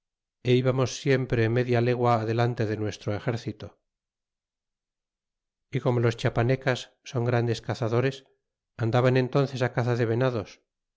te ibamos siempre media legua adelante de nuestro l'amito y como los chíapanecas son grandes cazadores andaban enm'ices á caza de venados